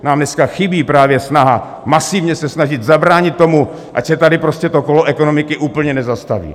Nám dneska chybí právě snaha masivně se snažit zabránit, ať se tady prostě to kolo ekonomiky úplně nezastaví.